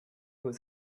was